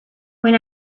when